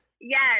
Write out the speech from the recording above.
Yes